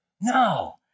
No